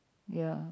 ya